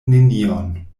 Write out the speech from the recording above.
nenion